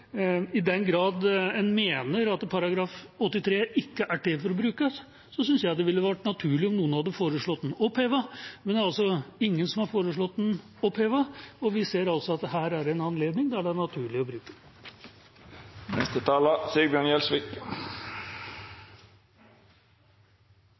i den grad en mener at § 83 ikke er til for å brukes, synes jeg det ville vært naturlig om noen hadde foreslått den opphevet. Men det er ingen som har foreslått den opphevet, og vi ser altså at det her er en anledning der det er naturlig å bruke